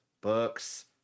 books